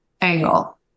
angle